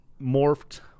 morphed